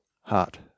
heart